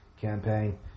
campaign